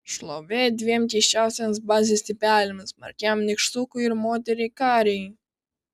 šlovė dviem keisčiausiems bazės tipeliams smarkiajam nykštukui ir moteriai karei